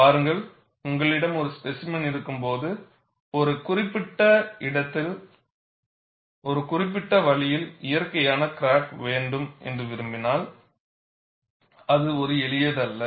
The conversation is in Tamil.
பாருங்கள் உங்களிடம் ஒரு ஸ்பேசிமென் இருக்கும்போது ஒரு குறிப்பிட்ட இடத்தில் ஒரு குறிப்பிட்ட வழியில் இயற்கையான கிராக் வேண்டும் என்று விரும்பினால் அது ஒரு எளியது அல்ல